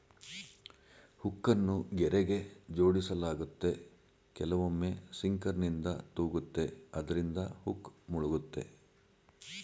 ಹುಕ್ಕನ್ನು ಗೆರೆಗೆ ಜೋಡಿಸಲಾಗುತ್ತೆ ಕೆಲವೊಮ್ಮೆ ಸಿಂಕರ್ನಿಂದ ತೂಗುತ್ತೆ ಅದ್ರಿಂದ ಹುಕ್ ಮುಳುಗುತ್ತೆ